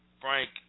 Frank